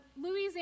Louis